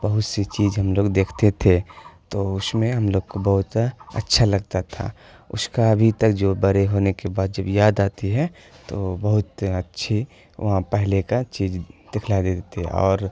بہت سی چیز ہم لوگ دیکھتے تھے تو اس میں ہم لوگ کو بہت اچھا لگتا تھا اس کا ابھی تک جو بڑے ہونے کے بعد جب یاد آتی ہے تو بہت اچھی وہاں پہلے کا چیز دکھلا دیتی تھی اور